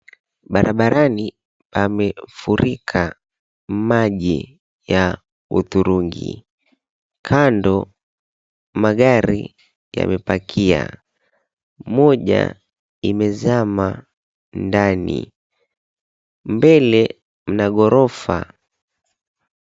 Barabarani pamefurika maji ya hudhurungi. Kando magari yemepakia, moja imezama ndani. Mbele mna ghorofa.